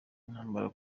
intambara